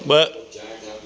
ब॒